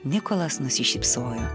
nikolas nusišypsojo